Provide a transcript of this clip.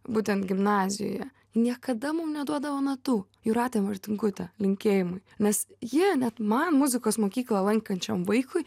būtent gimnazijoje niekada mum neduodavo natų jūratė martinkutė linkėjimai nes ji net man muzikos mokyklą lankančiam vaikui